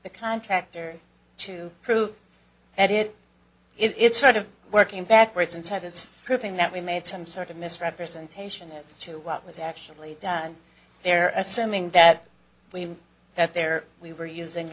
the contractor to prove that it it's sort of working backwards instead it's proving that we made some sort of misrepresentation as to what was actually done there assuming that we that there we were using